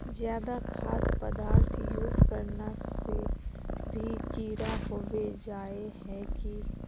ज्यादा खाद पदार्थ यूज करना से भी कीड़ा होबे जाए है की?